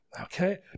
Okay